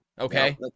okay